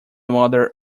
mother